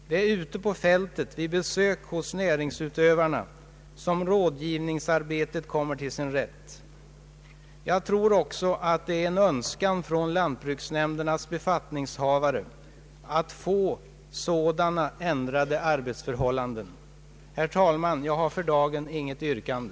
Det är ute på fältet vid besök hos näringsutövarna som rådgivningsarbetet kommer till sin rätt. Jag tror också att det är en önskan från lantbruksnämndernas befattningshavare att få sådana ändrade arbetsförhållanden. Herr talman! Jag har för dagen inget yrkande.